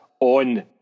on